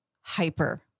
hyper